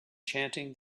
chanting